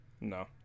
No